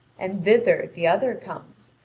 and thither the other comes,